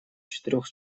четырёх